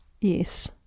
Yes